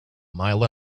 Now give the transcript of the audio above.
mile